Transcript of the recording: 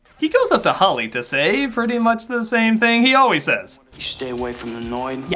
he goes up to holli to say pretty much the same thing he always says. you stay away from the noid. yeah,